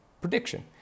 prediction